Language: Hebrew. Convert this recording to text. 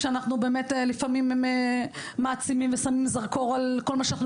כשאנחנו באמת לפעמים מעצימים ושמים זרקור על כל מה שאנחנו